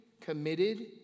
committed